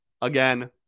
again